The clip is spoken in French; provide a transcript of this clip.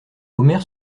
omer